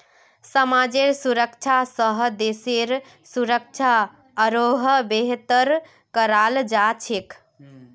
समाजेर सुरक्षा स देशेर सुरक्षा आरोह बेहतर कराल जा छेक